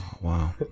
Wow